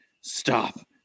stop